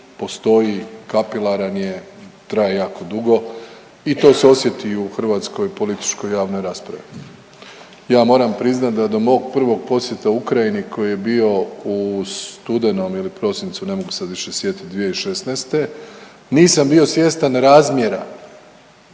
postoji, kapilaran je, traje jako dugo i to se osjeti i u hrvatskoj političkoj javnoj raspravi. Ja moram priznati da do mog prvog posjeta Ukrajini koji je bio u studenom ili prosincu ne mogu se sad više sjetiti 2016. nisam bio svjestan razmjera